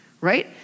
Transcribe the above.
right